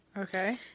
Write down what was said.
okay